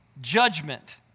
judgment